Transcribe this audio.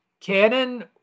Canon